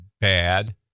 bad